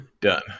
Done